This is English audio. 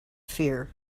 fear